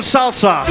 Salsa